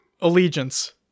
Allegiance